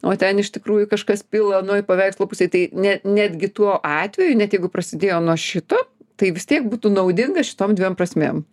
o ten iš tikrųjų kažkas pila anoj paveikslo pusėj tai ne netgi tuo atveju net jeigu prasidėjo nuo šito tai vis tiek būtų naudinga šitom dviem prasmėm